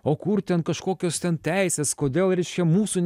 o kur ten kažkokios ten teisės kodėl reiškia mūsų